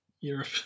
Europe